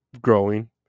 growing